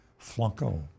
Flunko